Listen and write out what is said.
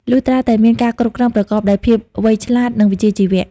លុះត្រាតែមានការគ្រប់គ្រងប្រកបដោយភាពវៃឆ្លាត និងវិជ្ជាជីវៈ។